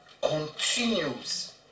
Continues